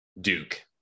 Duke